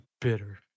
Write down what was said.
bitter